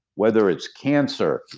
whether it's cancer,